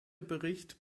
bericht